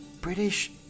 british